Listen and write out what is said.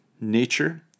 nature